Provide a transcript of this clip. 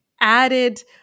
added